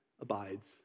abides